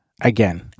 again